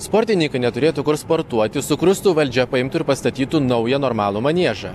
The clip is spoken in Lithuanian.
sportininkai neturėtų kur sportuoti sukrustų valdžia paimtų ir pastatytų naują normalų maniežą